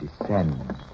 descend